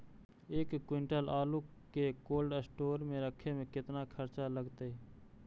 एक क्विंटल आलू के कोल्ड अस्टोर मे रखे मे केतना खरचा लगतइ?